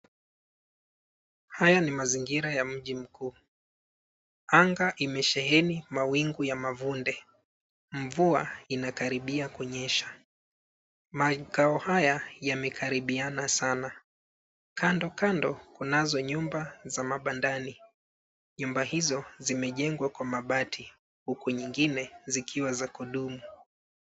Haya ni mazingira ya mji mkuu. Anga imesheheni mawingu ya mavunde. Mvua inakaribia kunyesha. Makao haya yamekaribiana sana. Kando kando, kunazo nyumba za mabandani. Nyumba hizo zimejengwa kwa mabati huku nyingine zikiwa za kudumu.